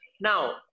Now